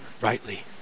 rightly